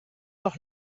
auch